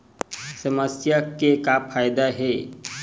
समस्या के का फ़ायदा हे?